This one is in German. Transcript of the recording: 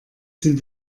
sind